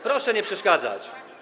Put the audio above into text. Proszę nie przeszkadzać.